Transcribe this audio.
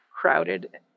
crowded